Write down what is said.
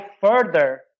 further